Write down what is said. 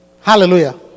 hallelujah